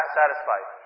satisfied